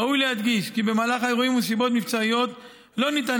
ראוי להדגיש כי במהלך האירועים ומסיבות מבצעיות לא ניתן